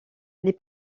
les